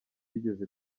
yigeze